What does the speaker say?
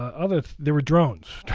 ah there were drones.